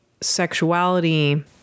sexuality